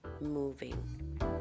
moving